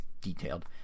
detailed